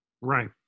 Right